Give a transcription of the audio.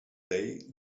day